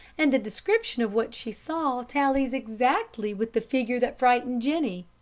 and the description of what she saw tallies exactly with the figure that frightened jennie.